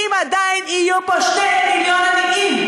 אם עדיין יהיו פה 2 מיליון עניים.